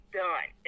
done